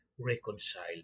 reconciled